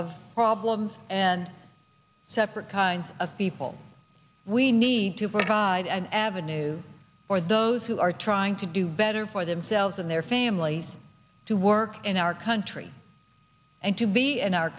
of problems and separate kinds of people we need to provide an avenue for those who are trying to do better for themselves and their families to work in our country and to be in our